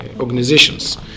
organizations